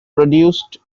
produced